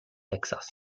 texas